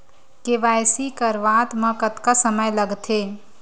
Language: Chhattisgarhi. के.वाई.सी करवात म कतका समय लगथे?